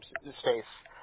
space